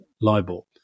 libel